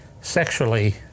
sexually